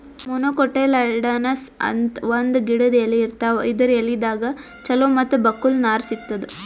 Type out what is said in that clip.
monocotyledonous ಅಂತ್ ಒಂದ್ ಗಿಡದ್ ಎಲಿ ಇರ್ತಾವ ಇದರ್ ಎಲಿದಾಗ್ ಚಲೋ ಮತ್ತ್ ಬಕ್ಕುಲ್ ನಾರ್ ಸಿಗ್ತದ್